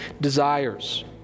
desires